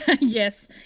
Yes